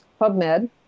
pubmed